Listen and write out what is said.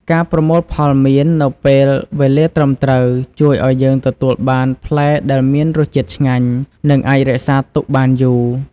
ការប្រមូលផលមៀននៅពេលវេលាត្រឹមត្រូវ ជួយឱ្យយើងទទួលបានផ្លែដែលមានរសជាតិឆ្ងាញ់ និងអាចរក្សាទុកបានយូរ។